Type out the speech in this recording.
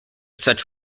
such